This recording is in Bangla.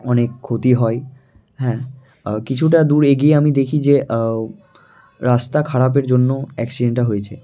অনেক ক্ষতি হয় হ্যাঁ কিছুটা দূর এগিয়ে আমি দেখি যে রাস্তা খারাপের জন্য অ্যাক্সিডেন্টটা হয়েছে